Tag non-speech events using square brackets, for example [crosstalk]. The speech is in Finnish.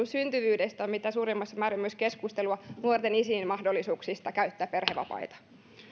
[unintelligible] syntyvyydestä on mitä suurimmassa määrin myös keskustelua nuorten isien mahdollisuuksista käyttää perhevapaita